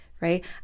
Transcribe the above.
right